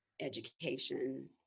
education